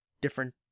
different